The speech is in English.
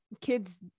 kids